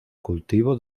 cultivo